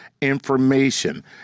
information